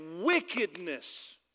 wickedness